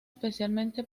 especialmente